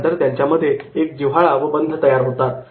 त्यानंतर त्यांच्या मध्ये एक जिव्हाळा किंवा बंध तयार होतात